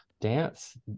dance